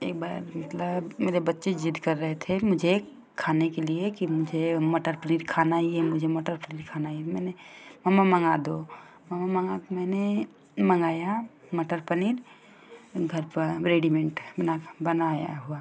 एक बार मतलब मेरे बच्चे ज़िद कर रहे थे मुझे खाने के लिए कि मुझे मटर पनीर खाना ही है मुझे मटर पनीर खाना ही है मैंने मम्मा मँगा दो मम्मा मँगाकर मैंने मँगाया मटर पनीर घर पर रेडिमेड बना बनाया हुआ